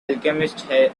alchemist